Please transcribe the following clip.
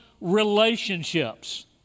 relationships